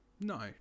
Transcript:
no